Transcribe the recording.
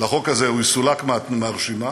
לחוק הזה יסולק מהרשימה,